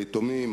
היתומים,